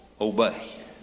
obey